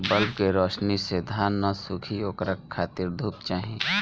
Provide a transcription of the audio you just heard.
bulb के रौशनी से धान न सुखी ओकरा खातिर धूप चाही